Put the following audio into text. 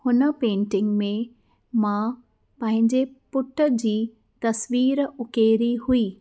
हुन पेंटिंग में मां पंहिंजे पुट जी तस्वीरु उकेरी हुई